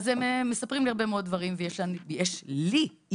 אז הם מספרים לי הרבה מאוד דברים ויש לי אישית